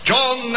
John